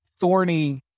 thorny